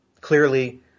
Clearly